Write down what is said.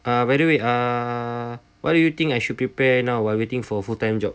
uh by the way uh what do you think I should prepare now while waiting for a full time job